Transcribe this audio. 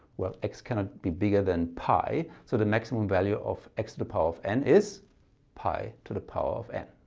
well x cannot kind of be bigger than pi so the maximum value of x to the power of n is pi to the power of n,